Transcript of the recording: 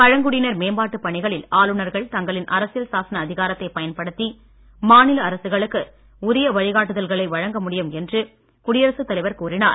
பழங்குடியினர் மேம்பாட்டு பணிகளில் ஆளுநர்கள் தங்களின் அரசியல் சாசன அதிகாரத்தை பயன்படுத்தி மாநில அரசுகளுக்கு உரிய வழிக்காட்டுதல்களை வழங்க முடியும் என்று குடியரசுத் தலைவர் கூறினார்